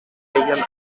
feien